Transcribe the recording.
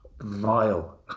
Vile